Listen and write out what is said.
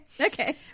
Okay